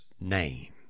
name